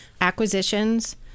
acquisitions